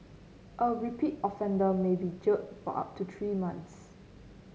a repeat offender may be jailed for up to three months